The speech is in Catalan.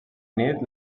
nit